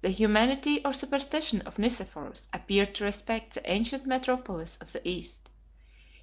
the humanity or superstition of nicephorus appeared to respect the ancient metropolis of the east